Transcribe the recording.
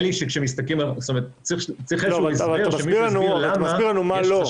אבל אתה מסביר לנו מה לא.